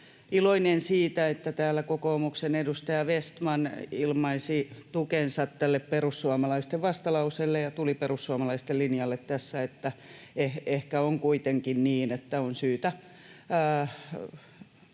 iloinen siitä, että täällä kokoomuksen edustaja Vestman ilmaisi tukensa tälle perussuomalaisten vastalauseelle ja tuli perussuomalaisten linjalle tässä, että ehkä on kuitenkin niin, että on syytä